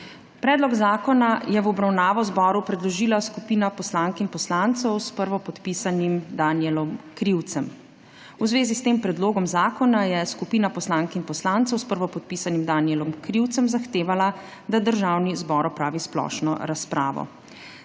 Predlog zakona je v obravnavo zboru predložila skupina poslank in poslancev s prvopodpisanim Danijelom Krivcem. V zvezi s tem predlogom zakona je skupina poslank in poslancev s prvopodpisanim Danijelom Krivcem zahtevala, da Državni zbor opravi splošno razpravo.